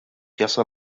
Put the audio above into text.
jasal